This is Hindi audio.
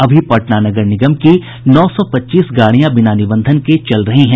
अभी पटना नगर निगम की नौ सौ पच्चीस गाड़िया बिना निबंधन के चल रही हैं